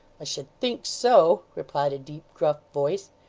i should think so replied a deep, gruff voice.